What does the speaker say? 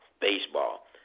baseball